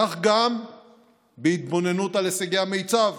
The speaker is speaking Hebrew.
כך גם בהתבוננות על הישגי המיצ"ב.